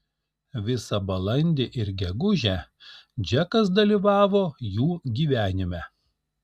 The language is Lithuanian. visą balandį ir gegužę džekas dalyvavo jų gyvenime